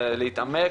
להתעמק,